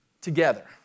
together